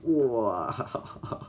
!wah! ha ha ha